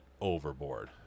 overboard